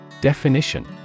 Definition